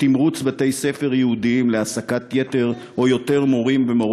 הקיצוץ לסטודנטים הערבים, יש בו ריח רע